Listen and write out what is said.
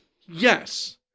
Yes